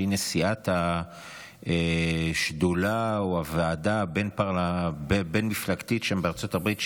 שהיא נשיאת השדולה או הוועדה הבין-מפלגתית שם בארצות הברית,